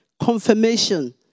Confirmation